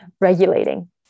regulating